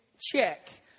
Check